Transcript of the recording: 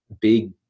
big